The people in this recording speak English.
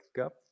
up